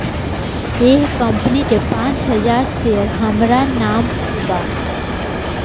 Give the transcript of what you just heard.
एह कंपनी के पांच हजार शेयर हामरा नाम पर बा